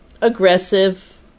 aggressive